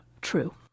true